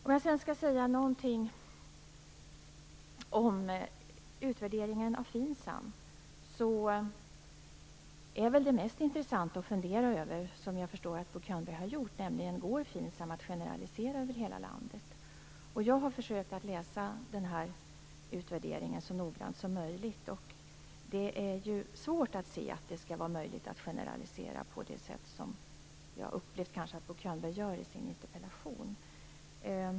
Om jag sedan skall säga någonting om utvärderingen av FINSAM så är väl det som är mest intressant att fundera över - vilket jag förstår att Bo Könberg har gjort - om FINSAM går att generalisera över hela landet. Jag har försökt läsa denna utvärdering så noggrant som möjligt, och det är svårt att se att det skulle vara möjligt att generalisera på det sätt som jag har upplevt att Bo Könberg gör i sin interpellation.